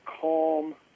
calm